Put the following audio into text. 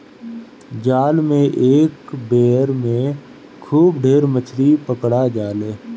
जाल से एक बेर में खूब ढेर मछरी पकड़ा जाले